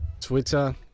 Twitter